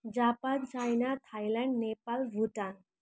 Japan China Thailand Nepal Bhutan